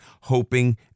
hoping